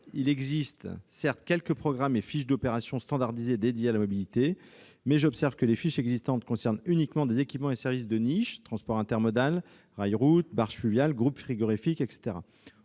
il existe certes quelques programmes et fiches d'opérations standardisées dédiés à la mobilité, mais j'observe que les fiches existantes concernent uniquement des équipements et des services de niche, tels que le transport intermodal rail-route, les barges fluviales, les groupes frigorifiques, etc.